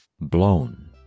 blown